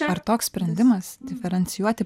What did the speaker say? ar toks sprendimas diferencijuoti